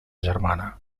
germana